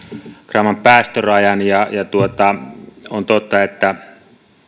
gramman päästörajan on totta että